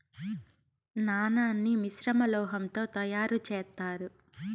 నాణాన్ని మిశ్రమ లోహం తో తయారు చేత్తారు